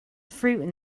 fruit